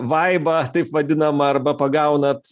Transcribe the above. vaibą taip vadinamą arba pagaunat